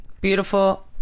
beautiful